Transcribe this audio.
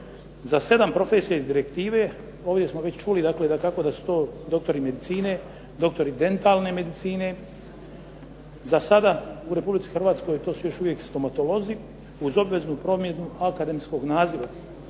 Za sedam profesija iz direktive ovdje smo već čuli dakako da su to doktori medicine, doktori dentalne medicine. Za sada u Republici Hrvatskoj to su još uvijek stomatolozi uz obveznu promjenu akademskog naziva,